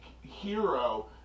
hero